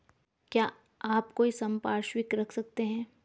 क्या आप कोई संपार्श्विक रख सकते हैं?